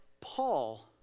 paul